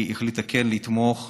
היא החליטה כן לתמוך